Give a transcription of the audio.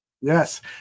Yes